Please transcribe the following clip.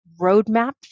roadmap